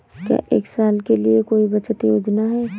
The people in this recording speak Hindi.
क्या एक साल के लिए कोई बचत योजना है?